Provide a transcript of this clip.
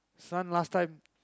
Sun last time